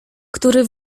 który